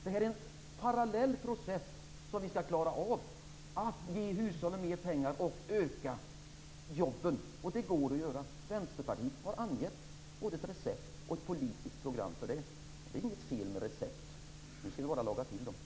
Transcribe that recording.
Det är en parallell process att ge hushållen mera pengar och öka sysselsättningen. Det går att genomföra. Vänsterpartiet har angett både ett recept och ett politiskt program för det. Det är inget fel med recept. Nu skall vi bara laga till dem.